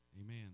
Amen